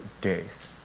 days